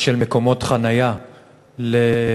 של מקומות חניה לנכים,